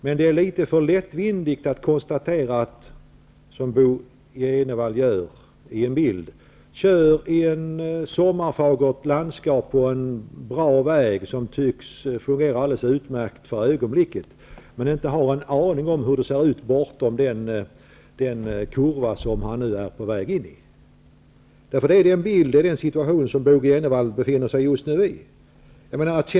Men det är litet för lättvindigt att, som Bo G. Jenevall med en bildlig jämförelse gör, köra i ett sommarfagert landskap på en bra väg, som för ögonblicket tycks fungera alldeles utmärkt, men inte ha en aning om hur det ser ut bortom den kurva som han är på väg in i. Det är den bilden, den situationen, som Bo G. Jenevall just nu befinner sig i.